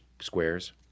squares